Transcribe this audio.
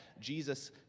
Jesus